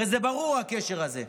הרי הקשר הזה ברור.